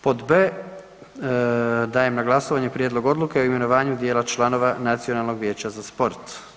Pod b) dajem na glasovanje Prijedlog odluke o imenovanju dijela članova Nacionalnog vijeća za sport.